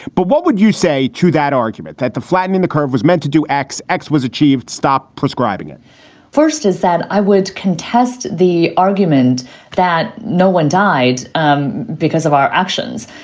but what would you say to that argument that the flattening the curve was meant to do x x was achieved? stop prescribing it first is that i would contest the argument that no one died um because of our actions.